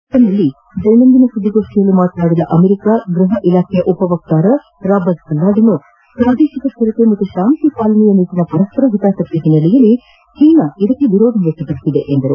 ವಾಷಿಂಗ್ವನ್ನಲ್ಲಿ ದೈನಂದಿನ ಸುದ್ದಿಗೋಷ್ಠಿಯಲ್ಲಿ ಮಾತನಾಡಿದ ಅಮೆರಿಕ ಗ್ಬಹ ಇಲಾಖೆ ಉಪ ವಕ್ತಾರ ರಾಬರ್ಟ್ ಪಲ್ಲಾಡಿನೊ ಪ್ರಾದೇಶಿಕ ಸ್ಥಿರತೆ ಹಾಗೂ ಶಾಂತಿ ಪಾಲನೆಯ ನಿಟ್ಟಿನ ಪರಸ್ಪರ ಹಿತಾಸಕ್ತಿ ಹಿನ್ನೆಲೆಯಲ್ಲಿ ಚೀನಾ ಇದಕ್ಕೆ ವಿರೋಧ ವ್ಯಕ್ತಪಡಿಸಿದೆ ಎಂದು ಹೇಳಿದರು